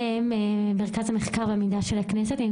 מרכז המחקר והמידע של הכנסת (הממ"מ),